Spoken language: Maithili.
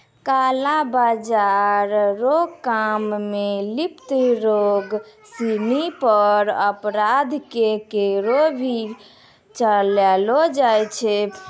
काला बाजार रो काम मे लिप्त लोग सिनी पर अपराध के केस भी चलैलो जाय छै